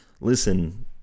listen